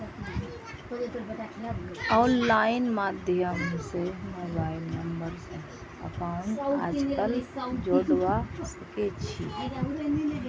online माध्यम स mobile number स अकाउंटक आजकल जोडवा सके छी